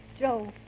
Joe